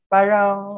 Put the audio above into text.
Parang